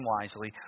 wisely